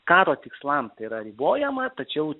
karo tikslam tai yra ribojama tačiau